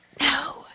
No